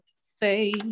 say